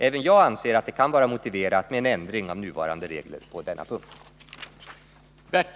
Även jag anser att det kan vara motiverat med en ändring av nuvarande regler på denna punkt.